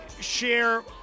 share